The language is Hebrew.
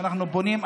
כשאנחנו פונים,